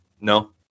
No